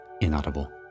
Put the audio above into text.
inaudible